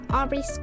Aubrey